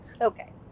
Okay